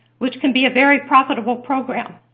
which can be a very profitable program.